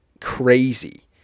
crazy